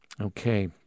Okay